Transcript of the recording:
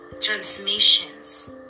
transmissions